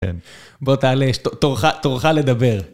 כן. בוא תעלה, יש תורך תורך לדבר.